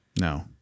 no